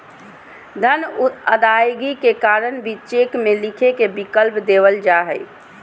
धन अदायगी के कारण भी चेक में लिखे के विकल्प देवल जा हइ